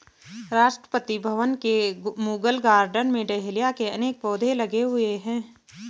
राष्ट्रपति भवन के मुगल गार्डन में डहेलिया के अनेक पौधे लगे हुए हैं